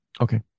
Okay